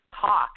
talk